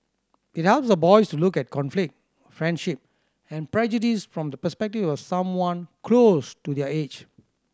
it helps the boys to look at conflict friendship and prejudice from the perspective of someone close to their age